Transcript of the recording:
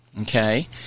Okay